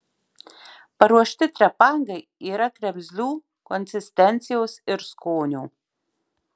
paruošti trepangai yra kremzlių konsistencijos ir skonio